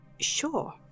Sure